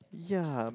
ya